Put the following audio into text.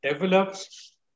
develops